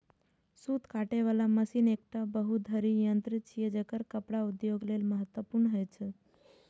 सूत काटे बला मशीन एकटा बहुधुरी यंत्र छियै, जेकर कपड़ा उद्योग लेल महत्वपूर्ण होइ छै